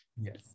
Yes